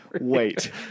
wait